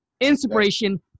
inspiration